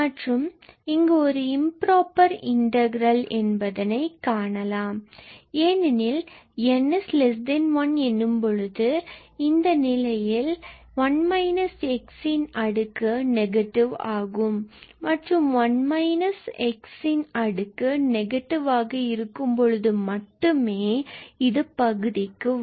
மற்றும் இங்கு இது ஒரு இம்புரோபர் இன்டகிரல் என்பதனை காணலாம் ஏனெனில் 𝑛1 எனும்போது இந்த நிலையில் இது 1−𝑥 இன் அடுக்கு நெகட்டிவ் ஆகும் மற்றும் 1−𝑥 இதன் அடுக்கு நெகட்டிவாக இருக்கும்பொழுது மட்டுமே இது பகுதிக்கு வரும்